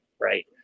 right